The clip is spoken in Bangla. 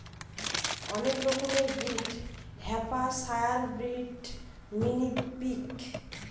অনেক রকমের ব্রিড হ্যাম্পশায়ারব্রিড, মিনি পিগ